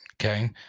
Okay